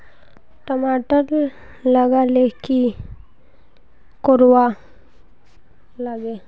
टमाटर लगा ले की की कोर वा लागे?